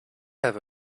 have